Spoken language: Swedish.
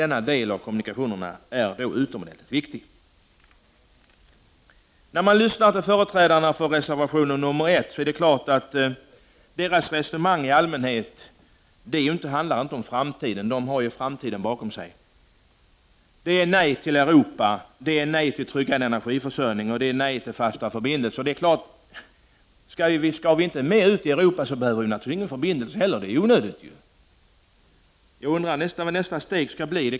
Denna del av kommunikationerna är utomordentligt viktig. När man lyssnar till företrädarna för reservation nr 1 står det klart att deras resonemang i allmänhet inte handlar om framtiden. De har framtiden bakom sig. De säger nej till Europa, nej till tryggad energiförsörjning och nej till fasta förbindelser. Skall vi inte vara med ute i Europa, behöver vi naturligtvis ingen förbindelse heller. Det är ju onödigt. Jag undrar vad nästa steg skall bli.